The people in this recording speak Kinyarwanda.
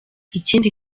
ikindi